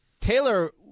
Taylor